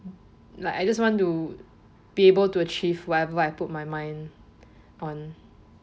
like I just want to be able to achieve whatever I put my mind on